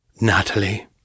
Natalie